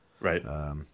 Right